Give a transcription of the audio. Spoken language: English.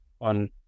on